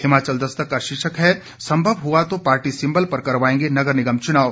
हिमाचल दस्तक का शीर्षक है संभव हुआ तो पार्टी सिंबल पर करवाएंगे नगर निगम चुनाव